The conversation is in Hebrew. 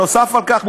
נוסף על כך,